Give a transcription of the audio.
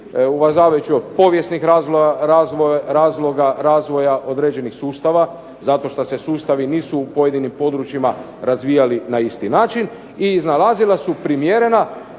uvažavajući od povijesnih razloga razvoja određenih sustava zato što se sustavi nisu u pojedinim područjima razvijali na isti način i iznalazili su primjerena,